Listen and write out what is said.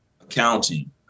accounting